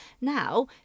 Now